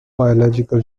biological